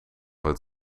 het